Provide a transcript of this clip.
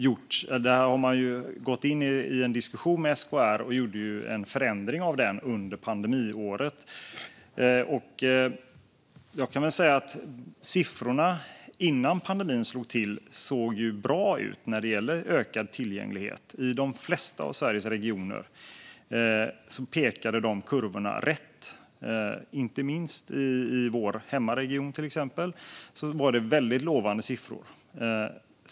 Där har man gått in i en diskussion med SKR om en förändring av den under pandemiåret. Jag kan säga att siffrorna när det gäller ökad tillgänglighet såg bra ut innan pandemin slog till. I de flesta av Sveriges regioner pekade dessa kurvor rätt; inte minst i vår hemregion, till exempel, var det väldigt lovande siffror.